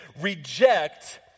reject